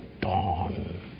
dawn